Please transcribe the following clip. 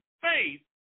faith